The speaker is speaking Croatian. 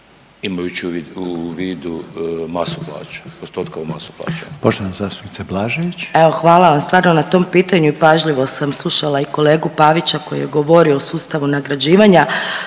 imajući u vidu masu plaća, postotka u masi plaća.